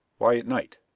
why at night?